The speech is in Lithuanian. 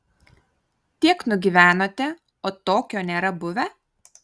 tiek nugyvenote o tokio nėra buvę